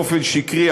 באופן שקרי,